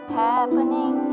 happening